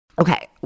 Okay